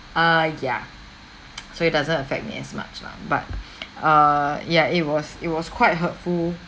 err ya so it doesn't affect me as much lah but err ya it was it was quite hurtful